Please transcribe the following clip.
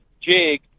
jig